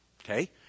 Okay